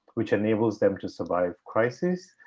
which enables them to survive crises,